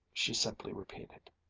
she simply repeated.